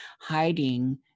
hiding